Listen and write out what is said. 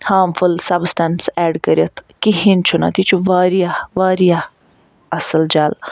harmful substance add کٔرِتھ کِہیٖنٛۍ چھُ نہٕ اتھ یہِ چھُ واریاہ واریاہ اصل جَل